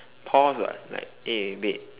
pause [what] like eh wait